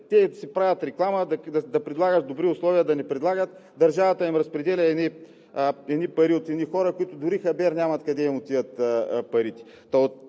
– те си правят реклама да предлагат добри условия, да не предлагат, държавата им разпределя едни пари от едни хора, които дори хабер си нямат къде им отиват парите.